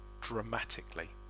dramatically